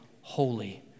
holy